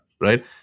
right